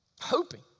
hoping